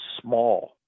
small